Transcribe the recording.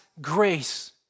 grace